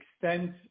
extent